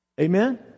Amen